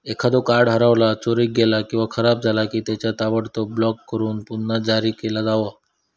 एखादो कार्ड हरवला, चोरीक गेला किंवा खराब झाला की, त्या ताबडतोब ब्लॉक करून पुन्हा जारी केला जावा